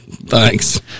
thanks